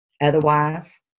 Otherwise